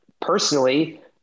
personally